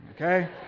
okay